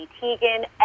Teigen